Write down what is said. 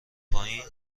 پایین